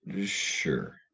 Sure